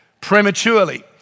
prematurely